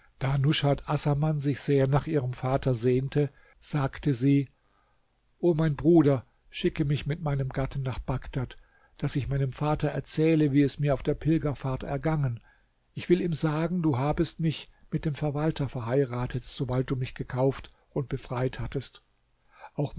assaman sich sehr nach ihrem vater sehnte sagte sie o mein bruder schicke mich mit meinem gatten nach bagdad daß ich meinem vater erzähle wie es mir auf der pilgerfahrt ergangen ich will ihm sagen du habest mich mit dem verwalter verheiratet sobald du mich gekauft und befreit hattest auch